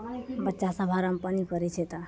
बच्चा सभ हरामपानि करय छै तऽ